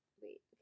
Wait